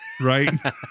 right